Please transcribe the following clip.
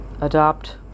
adopt